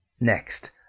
Next